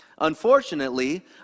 Unfortunately